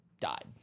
died